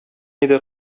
иде